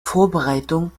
vorbereitung